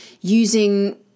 using